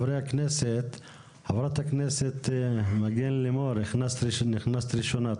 חברת הכנסת מגן לימור, את נכנסת ראשונה.